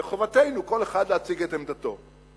וחובתנו, כל אחד להציג את עמדתו.